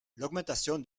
l’augmentation